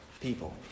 people